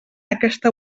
aquesta